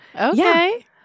Okay